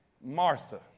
Martha